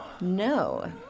No